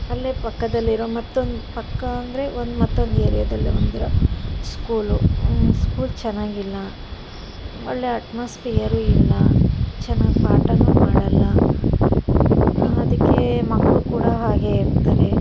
ಅಲ್ಲೇ ಪಕ್ಕದಲ್ಲಿರೋ ಮತ್ತೊಂದು ಪಕ್ಕ ಅಂದರೆ ಒಂದು ಮತ್ತೊಂದು ಏರಿಯಾದಲ್ಲೇ ಒಂದಿರೋ ಸ್ಕೂಲು ಸ್ಕೂಲ್ ಚೆನ್ನಾಗಿಲ್ಲ ಒಳ್ಳೆ ಅಟ್ಮಾಸ್ಫಿಯರು ಇಲ್ಲ ಚೆನ್ನಾಗ್ ಪಾಠ ಮಾಡೋಲ್ಲ ಅದಕ್ಕೆ ಮಕ್ಕಳು ಕೂಡ ಹಾಗೆ ಇರ್ತಾರೆ